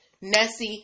Nessie